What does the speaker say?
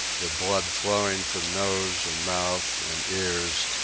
the blood flowing from nose and mouth and ears,